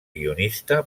guionista